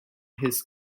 his